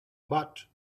but